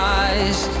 eyes